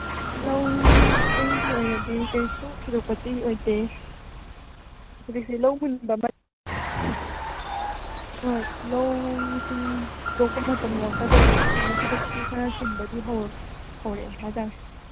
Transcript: ꯂꯧꯁꯤꯡꯒꯤ ꯑꯣꯏꯅꯗꯤ ꯀꯩꯁꯨ ꯊꯣꯏꯗꯣꯛꯄꯗꯤ ꯑꯣꯏꯗꯦ ꯍꯧꯖꯤꯛꯁꯤ ꯂꯧ ꯃꯨꯟꯕ ꯃꯇꯝ ꯍꯣꯏ ꯂꯧꯁꯤꯡ ꯂꯣꯛꯄ ꯃꯇꯝ ꯌꯧꯔꯛꯀꯗꯣꯔꯦ ꯑꯗꯨꯗꯨꯅ ꯊꯕꯛꯇꯤ ꯈꯔ ꯆꯤꯟꯕꯗꯤ ꯍꯧꯔꯛꯑꯦ ꯍꯥꯏ ꯇꯥꯔꯦ